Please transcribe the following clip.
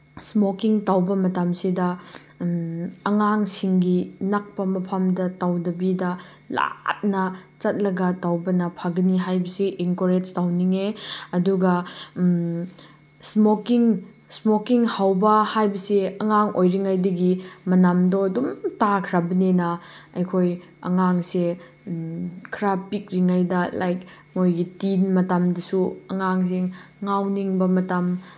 ꯏꯁꯃꯣꯀꯤꯡ ꯇꯧꯕ ꯃꯇꯝꯁꯤꯗ ꯑꯉꯥꯡꯁꯤꯡꯒꯤ ꯅꯛꯄ ꯃꯐꯝꯗ ꯇꯧꯗꯕꯤꯗ ꯂꯥꯞꯅ ꯆꯠꯂꯒ ꯇꯧꯕꯅ ꯐꯒꯅꯤ ꯍꯥꯏꯕꯁꯤ ꯑꯦꯟꯀꯣꯔꯦꯖ ꯇꯧꯅꯤꯡꯉꯦ ꯑꯗꯨꯒ ꯏꯁꯃꯣꯀꯤꯡ ꯏꯁꯃꯣꯀꯤꯡ ꯍꯧꯕ ꯍꯥꯏꯕꯁꯦ ꯑꯉꯥꯡ ꯑꯣꯏꯔꯤꯉꯩꯗꯒꯤ ꯃꯅꯝꯗꯣ ꯑꯗꯨꯝ ꯇꯥꯈ꯭ꯔꯕꯅꯤꯅ ꯑꯩꯈꯣꯏ ꯑꯉꯥꯡꯁꯦ ꯈꯔ ꯄꯤꯛꯂꯤꯉꯩꯗ ꯂꯥꯏꯛ ꯃꯣꯏꯒꯤ ꯇꯤꯟ ꯃꯇꯝꯗꯁꯨ ꯑꯉꯥꯡꯁꯤꯡ ꯉꯥꯎꯅꯤꯡꯕ ꯃꯇꯝ